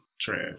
trash